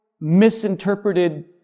misinterpreted